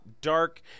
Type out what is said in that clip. dark